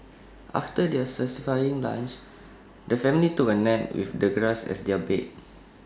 after their satisfying lunch the family took A nap with the grass as their bed